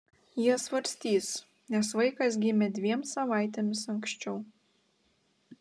jie svarstys nes vaikas gimė dviem savaitėmis anksčiau